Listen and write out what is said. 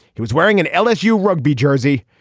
he was wearing an lsu rugby jersey.